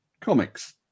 comics